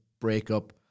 breakup